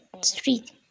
street